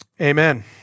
Amen